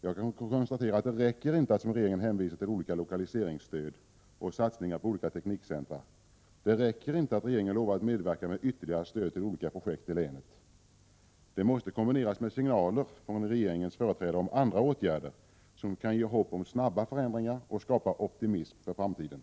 Jag kan konstatera att det räcker inte att som regeringen hänvisa till olika lokaliseringsstöd och satsningar på olika teknikcentra. Det räcker inte att regeringen lovar att medverka med ytterligare stöd till olika projekt i länet. Det måste kombineras med signaler från regeringens företrädare om andra åtgärder som kan ge hopp om snabba förändringar och skapa optimism för framtiden.